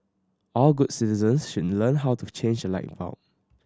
all good citizens should learn how to change a light bulb